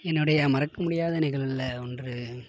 என்னோடைய மறக்க முடியாத நிகழ்வுகளில் ஒன்று